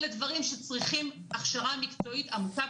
אלה דברים שצריכים הכשרה מקצועית עמוקה,